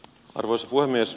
arvoisa puhemies